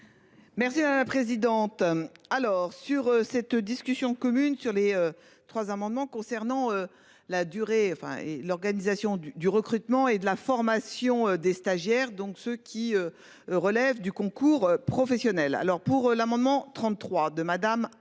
Merci à la présidente. Alors sur cette discussion commune sur les trois amendements concernant la durée enfin et l'organisation du, du recrutement et de la formation des stagiaires. Donc ce qui. Relève du concours professionnel. Alors pour l'amendement 33 de Madame, Aribi,